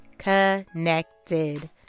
Connected